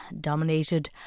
dominated